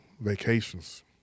vacations